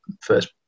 first